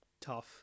tough